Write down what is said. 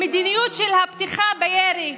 במדיניות של הפתיחה בירי,